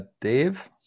dave